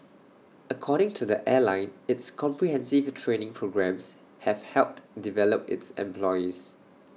according to the airline its comprehensive training programmes have helped develop its employees